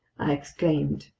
i exclaimed.